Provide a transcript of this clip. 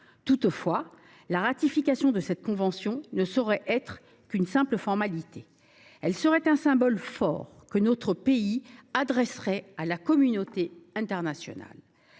Toutefois, la ratification de la convention n° 155 ne saurait être qu’une simple formalité. Elle serait un symbole fort que notre pays adresserait à la communauté internationale.